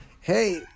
Hey